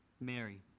Mary